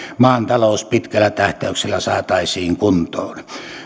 maan talous pitkällä tähtäyksellä saataisiin kuntoon